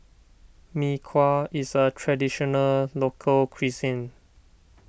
Mee Kuah is a Traditional Local Cuisine